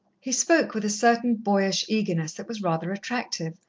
he spoke with a certain boyish eagerness that was rather attractive,